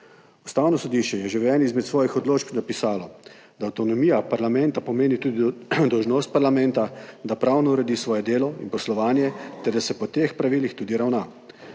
Ustavno sodišče je že v eni izmed svojih odločb napisalo, da avtonomija parlamenta pomeni tudi dolžnost parlamenta, da pravno uredi svoje delo in poslovanje ter da se po teh pravilih tudi ravna.